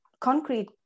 concrete